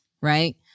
right